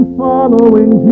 following